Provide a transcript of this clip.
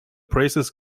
praises